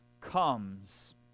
comes